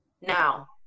now